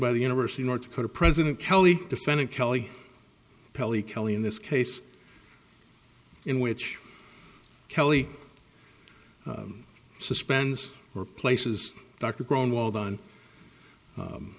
by the university of north dakota president kelly defending kelly kelly kelly in this case in which kelly suspends or places doctor growing wild on